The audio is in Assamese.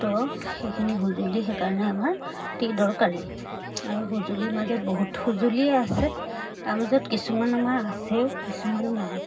তো সেইখিনি সঁজুলি সেইকাৰণে আমাৰ ঠিক দৰকাৰী আৰু সঁজুলিৰ মাজত বহুত সঁজুলিয়ে আছে তাৰ মাজত কিছুমান আমাৰ আছেও কিছুমান নাই